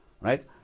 right